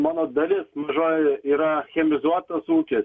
mano dalis mažoji yra chemizuotas ūkis